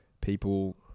people